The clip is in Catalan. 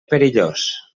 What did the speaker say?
perillós